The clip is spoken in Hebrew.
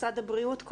משרד הבריאות,